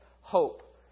hope